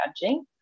judging